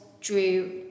drew